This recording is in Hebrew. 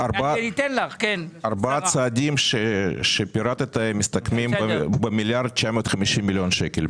ארבעת הצעדים שפירטת מסתכמים במיליארד 950 מיליון שקל.